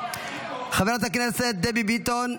חברת הכנסת דבי ביטון,